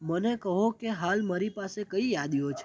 મને કહો કે હાલ મારી પાસે કઈ યાદીઓ છે